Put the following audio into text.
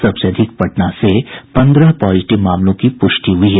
सबसे अधिक पटना से पन्द्रह पॉजिटिव मामलों की प्रष्टि हुई है